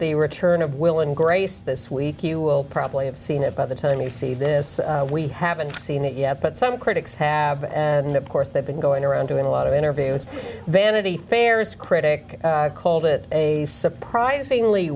the return of will and grace this week you will probably have seen it by the time you see this we haven't seen it yet but some critics have and of course they've been going around doing a lot of interviews then of the fairest critic called it a surprisingly